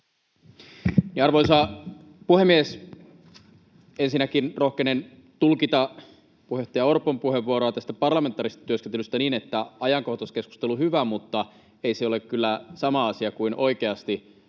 Arvoisa puhemies! Ensinnäkin rohkenen tulkita puheenjohtaja Orpon puheenvuoroa tästä parlamentaarisesta työskentelystä niin, että ajankohtaiskeskustelu on hyvä, mutta ei se ole kyllä sama asia kuin oikeasti